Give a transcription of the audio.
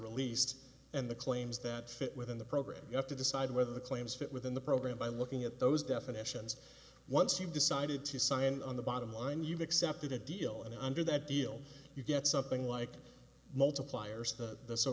released and the claims that fit within the program you have to decide whether the claims fit within the program by looking at those definitions once you've decided to sign on the bottom line you've accepted a deal and under that deal you get something like multipliers the so